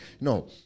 No